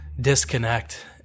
Disconnect